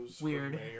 Weird